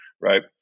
Right